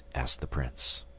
asked the prince.